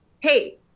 hey